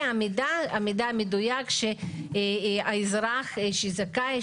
ומידע מדויק שהאזרח שזכאי,